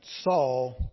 Saul